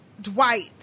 Dwight